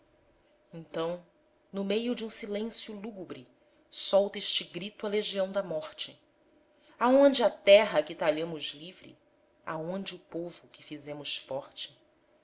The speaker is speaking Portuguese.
então no meio de um silêncio lúgubre solta este grito a legião da morte aonde a terra que talhamos livre aonde o povo que fizemos forte